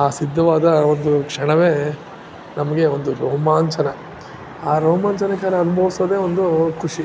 ಆ ಸಿದ್ಧವಾದ ಒಂದು ಕ್ಷಣವೇ ನಮಗೆ ಒಂದು ರೋಮಾಂಚನ ಆ ರೋಮಾಂಚನಕರ ಅನ್ಭವಿಸೋದೇ ಒಂದು ಖುಷಿ